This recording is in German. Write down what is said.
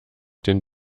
den